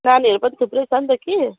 नानीहरू पनि थुप्रै छ नि त कि